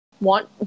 want